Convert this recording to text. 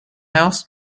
asked